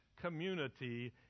community